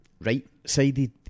right-sided